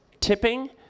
tipping